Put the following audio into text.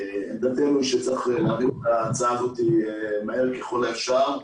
עמדתנו שצריך להביא את ההצעה הזאת מהר ככל האפשר.